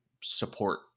support